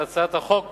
הצעת החוק